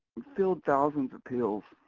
filled thousands of pills,